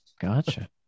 Gotcha